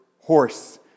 horse